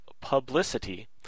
publicity